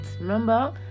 Remember